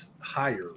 higher